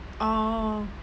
orh